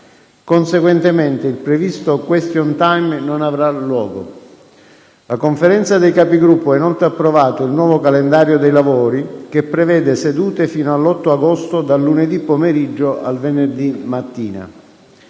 Conseguentemente, il previsto *question time* non avrà luogo. La Conferenza dei Capigruppo ha inoltre approvato il nuovo calendario dei lavori, che prevede sedute fino all'8 agosto, dal lunedì pomeriggio al venerdì mattina.